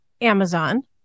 Amazon